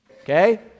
Okay